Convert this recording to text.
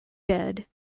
bed